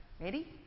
Ready